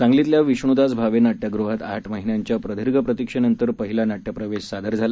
सांगलीतल्याविष्णुदासभावेनाट्यगृहातआठमहिन्यांच्याप्रदीर्घप्रतीक्षेनंतरपहिलानाट्यप्रवेशसादरझाला